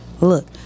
Look